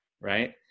right